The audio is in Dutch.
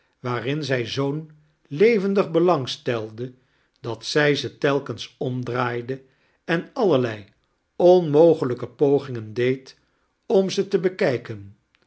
waarin zij zoo'n levendig belang stelde dat zij ze telkens omdraaide en allerlei onmogelijke pogingen deed om ze te bekgketn